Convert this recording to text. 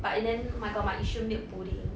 but and then oh my god my yee shun milk pudding